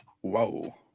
Whoa